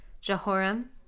Jehoram